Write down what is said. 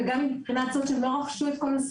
וגם מבחינת זאת שלא רק --- הזכויות.